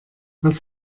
was